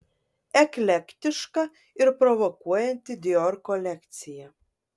eklektiška ir provokuojanti dior kolekcija